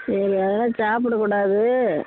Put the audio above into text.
சரி அதெல்லாம் சாப்பிடக் கூடாது